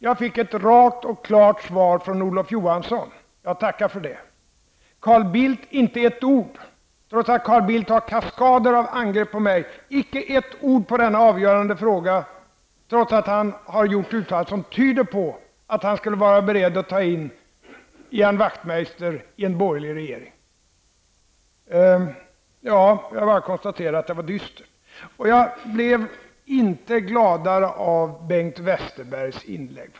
Jag fick ett rakt och klart svar från Olof Johansson. Jag tackar för det. Carl Bildt nämnde inte detta med ett ord. Carl Bildt har kaskader av angrepp mot mig. Han tog inte upp denna avgörande fråga med ett ord, trots att han har gjort uttalanden som tyder på att han skulle vara beredd att ta in Ian Wachtmeister i en borgerlig regering. Jag kan bara konstatera att det är dystert. Jag blev inte gladare av Bengt Westerbergs inlägg.